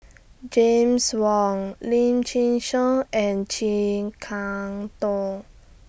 James Wong Lim Chin Siong and Chee Kong Door